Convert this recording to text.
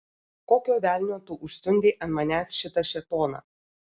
kokio velnio tu užsiundei ant manęs šitą šėtoną